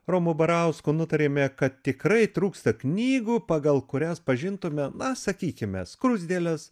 romu barausku nutarėme kad tikrai trūksta knygų pagal kurias pažintume na sakykime skruzdėles